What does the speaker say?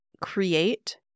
create